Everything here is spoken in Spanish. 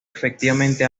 efectivamente